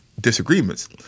disagreements